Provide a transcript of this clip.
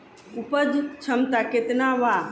उपज क्षमता केतना वा?